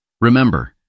Remember